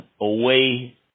away